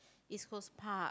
East Coast Park